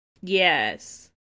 yes